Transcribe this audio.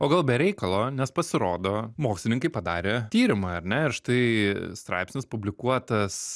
o gal be reikalo nes pasirodo mokslininkai padarė tyrimą ar ne ir štai straipsnis publikuotas